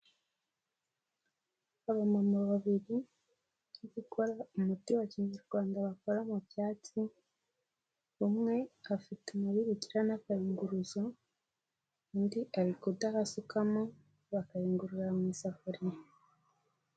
Abamama babiri bari gukora umuti wa kinyarwanda bakora mu byatsi, umwe afite umubirikira n'akayunguruzo, undi ari kudaha asukamo, bakayungururira mu isafuriya.